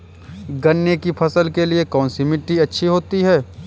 गन्ने की फसल के लिए कौनसी मिट्टी अच्छी होती है?